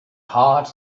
heart